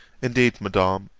indeed, madam,